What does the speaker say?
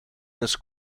this